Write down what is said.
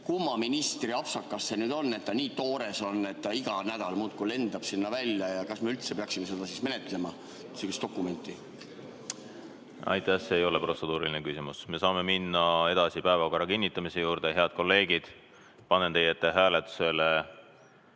Kumma ministri apsakas see nüüd on, et ta nii toores on, et iga nädal muudkui välja lendab? Ja kas me üldse peaksime siis menetlema sellist dokumenti? Aitäh! See ei ole protseduuriline küsimus. Me saame minna edasi päevakorra kinnitamise juurde. Head kolleegid, panen teie ette hääletusele